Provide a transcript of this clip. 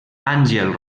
àngel